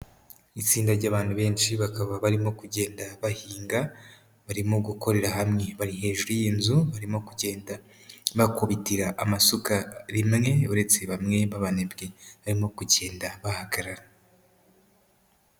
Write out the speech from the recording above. Itsinda ry'abantu benshi bakaba barimo kugenda bahinga, barimo gukorera hamwe, bari hejuru y'inzu barimo kugenda bakubitira amasuka rimwe uretse bamwe b'abanebwe barimo kugenda bahagarara.